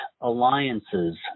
alliances